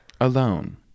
Alone